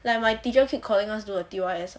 and my teacher keep calling us do the D_Y_S